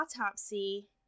autopsy